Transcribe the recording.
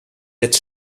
jetzt